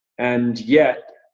and yet,